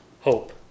hope